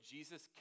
Jesus